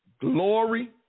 Glory